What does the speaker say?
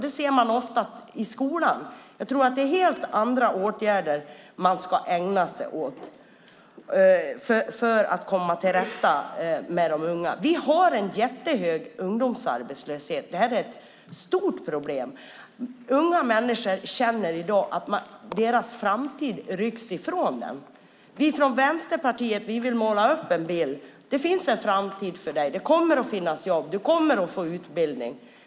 Det ser man ofta i skolan. Jag tror att det är helt andra åtgärder man ska ägna sig åt för att komma till rätta med de unga. Vi har en jättehög ungdomsarbetslöshet. Det är ett stort problem. Unga människor känner i dag att deras framtid rycks ifrån dem. Vi från Vänsterpartiet vill måla upp en bild: Det finns en framtid för dig. Det kommer att finnas jobb. Du kommer att få utbildningen.